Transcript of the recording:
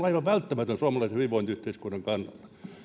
aivan välttämätön suomalaisen hyvinvointiyhteiskunnan kannalta